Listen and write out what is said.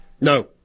No